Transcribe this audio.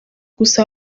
gusa